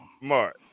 Mark